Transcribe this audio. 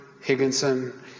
Higginson